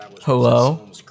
Hello